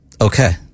Okay